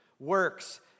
works